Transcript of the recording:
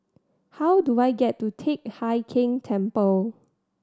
how do I get to Teck Hai Keng Temple